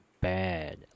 bad